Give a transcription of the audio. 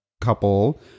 couple